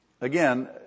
Again